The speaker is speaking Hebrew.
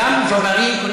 אם כן אני לא פונה אליך.